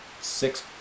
six